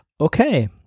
Okay